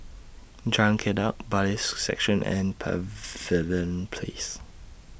Jalan Kledek Bailiffs' Section and Pavilion Place